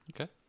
Okay